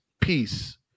peace